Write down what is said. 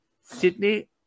Sydney